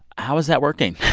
how is that working?